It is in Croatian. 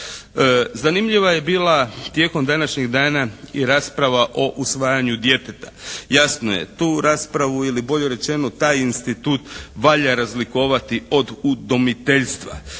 Zanimljiva je bila tijekom današnjih dana i rasprava o usvajanju djeteta. Jasno je. Tu raspravu ili bolje rečeno taj institut valja razlikovati od udomiteljstva.